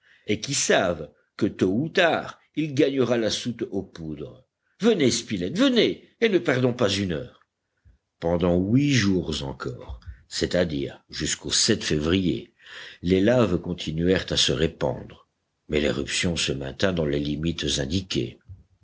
et qui savent que tôt ou tard il gagnera la soute aux poudres venez spilett venez et ne perdons pas une heure pendant huit jours encore c'est-à-dire jusqu'au février les laves continuèrent à se répandre mais l'éruption se maintint dans les limites indiquées